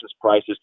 prices